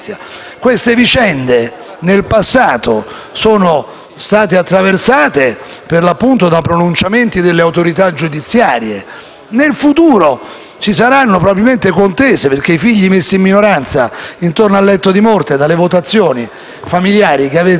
nel futuro ci saranno probabilmente contese, perché i figli messi in minoranza, intorno al letto di morte, dalle votazioni familiari che avete previsto con questo provvedimento, potranno fare ricorsi, istanze, non so a chi. Qualcuno si troverà: un ricorso non si nega a nessuno.